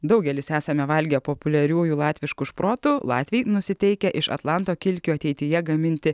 daugelis esame valgę populiariųjų latviškų šprotų latviai nusiteikę iš atlanto kilkių ateityje gaminti